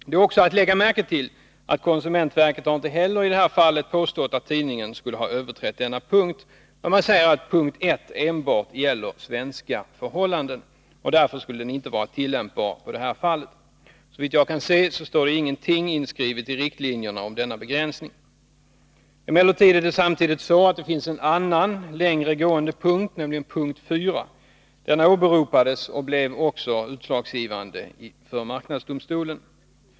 Det är också värt att lägga märke till att konsumentverket i det här fallet inte heller har påstått att tidningen skulle ha överträtt denna punkt, men man säger att punkt 1 enbart gäller svenska förhållanden, och därför skulle den inte vara tillämpbar på detta fall. Såvitt jag kan se, står det ingenting inskrivet i riktlinjerna om denna begränsning. Emellertid finns det samtidigt en annan, längre gående punkt, nämligen punkt 4. Denna åberopades och blev också utslagsgivande i marknadsdomstolen.